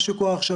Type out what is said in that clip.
מה שקורה עכשיו,